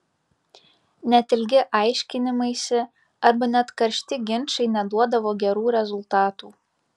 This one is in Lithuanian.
net ilgi aiškinimaisi arba net karšti ginčai neduodavo gerų rezultatų